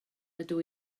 ydw